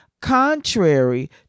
contrary